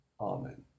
Amen